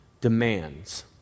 demands